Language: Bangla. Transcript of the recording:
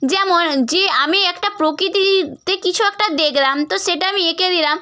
যেমন যে আমি একটা প্রকৃতিতে কিছু একটা দেখলাম তো সেটা আমি এঁকে দিলাম